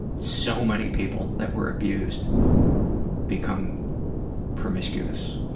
so many people that were abused become promiscuous.